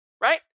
right